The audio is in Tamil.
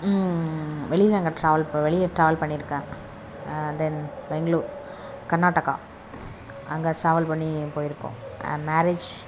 வெளியில் நாங்கள் டிராவல் இப்போது வெளியே டிராவல் பண்ணியிருக்கேன் தென் பெங்ளூர் கர்நாடகா அங்கே ஸ்ட்ரேவல் பண்ணி போயிருக்கோம் மேரேஜ்